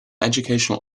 educational